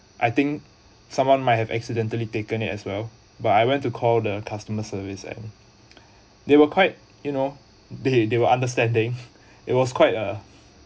I think someone might have accidentally taken it as well but I went to call the customer service and they were quite you know they they were understanding it was quite a